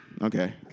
okay